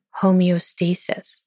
homeostasis